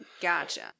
gotcha